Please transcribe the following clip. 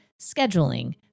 scheduling